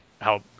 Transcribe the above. help